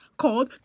called